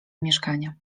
mieszkania